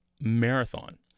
marathon